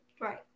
Right